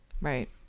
Right